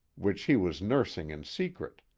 which he was nursing in secret.